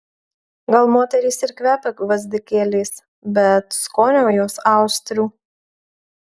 gal moterys ir kvepia gvazdikėliais bet skonio jos austrių